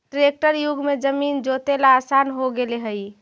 tractor युग में जमीन जोतेला आसान हो गेले हइ